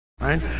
right